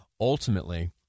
ultimately